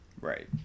Right